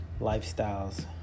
lifestyles